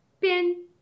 pin